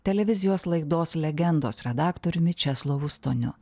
televizijos laidos legendos redaktoriumi česlovu stoniu